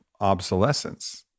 obsolescence